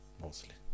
Mostly